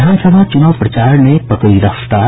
विधानसभा चुनाव प्रचार ने पकड़ी रफ्तार